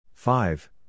Five